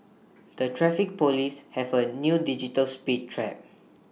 the traffic Police have A new digital speed trap